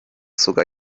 sogar